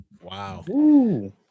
Wow